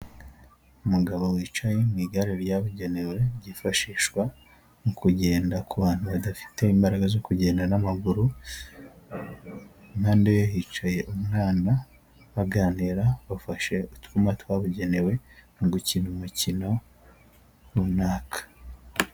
Umugabo wicaye mu igare ryabugenewe ryifashishwa mu kugenda ku bantu badafite imbaraga zo kugenda n'amaguru, ku ruhande hicaye umwana baganira bafashe utwuma twabugenewe mu gukina umukino runaka.